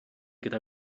gyda